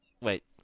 Wait